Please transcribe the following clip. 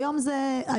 היום זה נמלים.